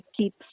keep